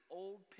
old